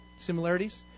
similarities